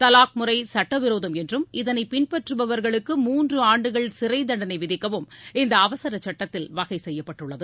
தலாக் முறை சட்டவிரோதம் என்றும் இதனை பின்பற்றுபவர்களுக்கு மூன்று ஆண்டுகள் சிறை தண்டனை விதிக்கவும் இந்த அவசர சட்டத்தில் வகை செய்யப்பட்டுள்ளது